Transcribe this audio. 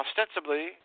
ostensibly